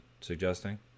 suggesting